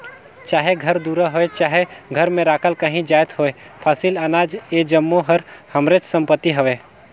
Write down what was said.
चाहे घर दुरा होए चहे घर में राखल काहीं जाएत होए फसिल, अनाज ए जम्मो हर हमरेच संपत्ति हवे